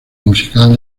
musical